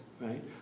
right